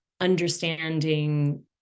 understanding